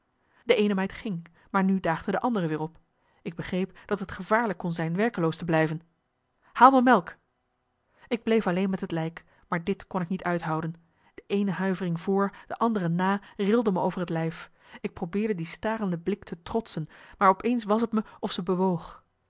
de eene meid ging maar nu daagde de andere weer op ik begreep dat het gevaarlijk kon zijn werkeloos te blijven haal me melk ik bleef alleen met het lijk maar dit kon ik niet uithouden de eene huivering voor de andere na rilde me over het lijf ik probeerde die starende blik te trotsen maar op eens was t me of ze bewoog